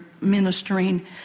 ministering